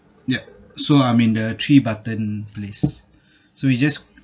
yup so I'm in the three button place so we just